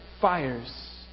fires